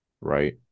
right